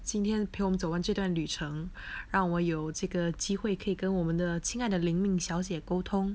今天 pure 走完这段旅程让我有这个机会可以跟我们的亲爱的灵敏小姐沟通